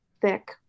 thick